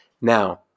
Now